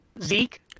Zeke